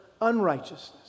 unrighteousness